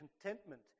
contentment